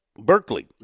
Berkeley